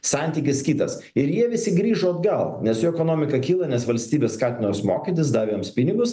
santykis kitas ir jie visi grįžo atgal nes jų ekonomika kyla nes valstybė skatino juos mokytis davė jiems pinigus